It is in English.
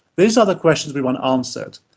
these are the questions we want answered.